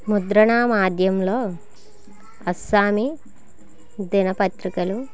ముద్రణామాద్యంలో Assamese దినపత్రికలు